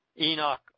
Enoch